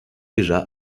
déjà